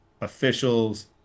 officials